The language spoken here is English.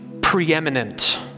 preeminent